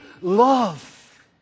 love